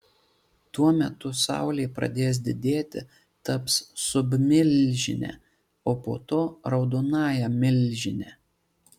tuo metu saulė pradės didėti taps submilžine o po to raudonąja milžine